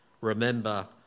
Remember